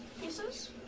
pieces